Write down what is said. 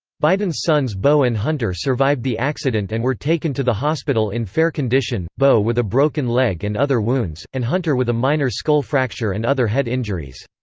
biden's sons beau and hunter survived the accident and were taken to the hospital in fair condition, beau with a broken leg and other wounds, and hunter with a minor skull fracture and other head injuries.